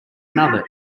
another